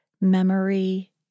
memory